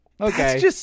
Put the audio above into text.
okay